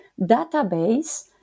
database